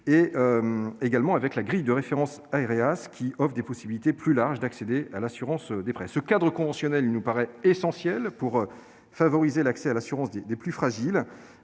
de santé. La grille de référence Aeras offre également des possibilités plus larges d'accéder à l'assurance de prêts. Ce cadre conventionnel est essentiel pour favoriser l'accès à l'assurance des plus fragiles,